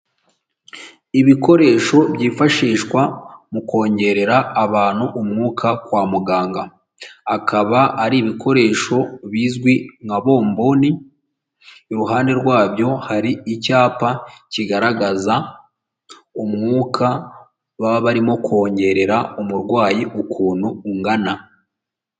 Ibikoresho byifashishwa mu kongerera abantu umwuka kwa muganga, akaba ari ibikoresho bizwi nka bomboni iruhande rwabyo hari icyapa kigaragaza umwuka baba barimo kongerera umurwayi ukuntu ungana.